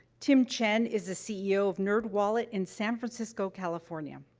tim chen is the ceo of nerdwallet in san francisco, california.